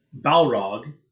Balrog